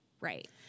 Right